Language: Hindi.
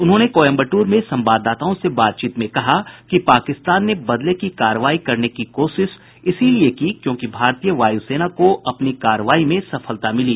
उन्होंने कोयम्बटूर में संवाददाताओं से बातचीत में कहा कि पाकिस्तान ने बदले की कार्रवाई करने की कोशिश इसीलिए की क्योंकि भारतीय वायूसेना को अपनी कार्रवाई में सफलता मिली